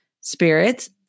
Spirits